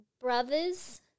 Brothers